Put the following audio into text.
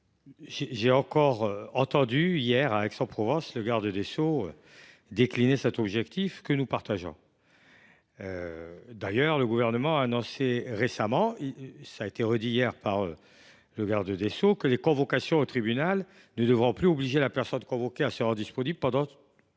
J’ai encore entendu hier, à Aix en Provence, le garde des sceaux décliner cet objectif, que nous partageons. D’ailleurs, le Gouvernement a annoncé récemment que les convocations au tribunal ne devront plus obliger la personne convoquée à se rendre disponible pendant toute